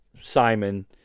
Simon